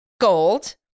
gold